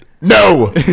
No